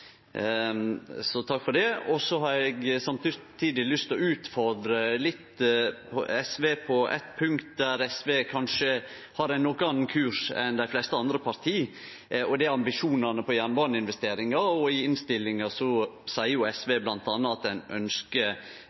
takk for det. Samtidig har eg lyst til å utfordre SV litt på eit punkt der SV kanskje har ein litt annan kurs enn dei fleste andre parti, og det er ambisjonane når det gjeld jernbaneinvesteringar. I innstillinga seier SV bl.a. at ein